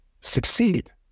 succeed